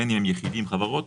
בין יחידים או חברות,